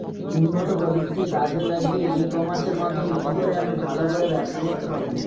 উন্নত প্রযুক্তি কাজে লাগিয়ে ই কমার্সের মাধ্যমে কি করে আমি ভালো করে ব্যবসা করতে পারব?